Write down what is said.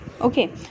okay